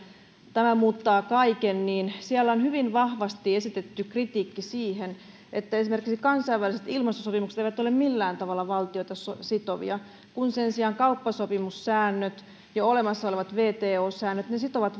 tämä muuttaa kaiken niin siellä on hyvin vahvasti esitetty kritiikki siitä että esimerkiksi kansainväliset ilmastosopimukset eivät ole millään tavalla valtioita sitovia kun sen sijaan kauppasopimussäännöt ja olemassa olevat wto säännöt sitovat